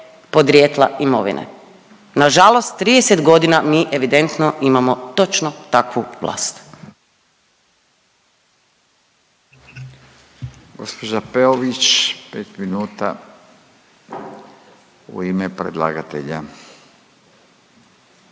podrijetla imovine. Nažalost 30 godina mi evidentno imamo točno takvu vlast. **Radin, Furio (Nezavisni)** Gospođa Peović 5 minuta u ime predlagatelja.